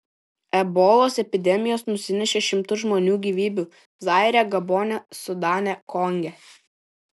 ebolos epidemijos nusinešė šimtus žmonių gyvybių zaire gabone sudane konge